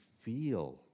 feel